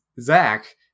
Zach